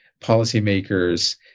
policymakers